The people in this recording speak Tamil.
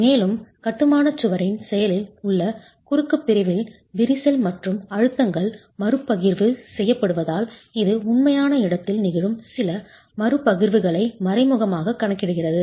மேலும் கட்டுமான சுவரின் செயலில் உள்ள குறுக்கு பிரிவில் விரிசல் மற்றும் அழுத்தங்கள் மறுபகிர்வு செய்யப்படுவதால் இது உண்மையான இடத்தில் நிகழும் சில மறுபகிர்வுகளை மறைமுகமாக கணக்கிடுகிறது